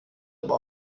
aber